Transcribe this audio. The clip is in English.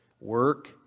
work